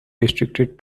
restricted